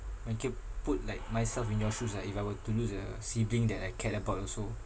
when you put like myself in your shoes ah if I were to lose a sibling that I cared about also